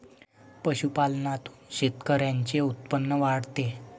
पशुपालनातून शेतकऱ्यांचे उत्पन्न वाढते